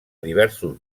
diversos